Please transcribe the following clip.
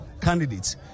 candidates